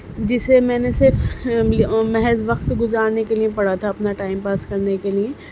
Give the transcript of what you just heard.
جسے میں نے صرف محض وقت گزارنے کے لیے پڑھا تھا اپنا ٹائم پاس کرنے کے لیے